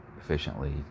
efficiently